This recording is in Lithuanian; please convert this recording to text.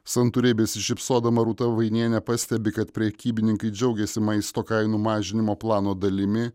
santūriai besišypsodama rūta vainienė pastebi kad prekybininkai džiaugiasi maisto kainų mažinimo plano dalimi